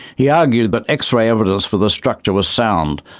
he argued that x-ray evidence for the structure was sound,